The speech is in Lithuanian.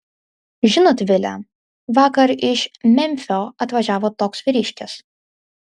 žinot vile vakar iš memfio atvažiavo toks vyriškis